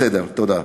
בסדר, תודה.